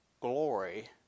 glory